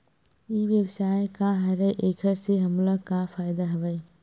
ई व्यवसाय का हरय एखर से हमला का फ़ायदा हवय?